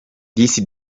disi